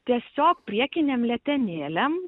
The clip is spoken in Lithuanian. tiesiog priekinėm letenėlėm